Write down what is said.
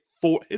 four